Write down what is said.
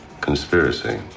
Conspiracy